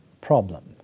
problem